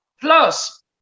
plus